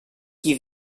qui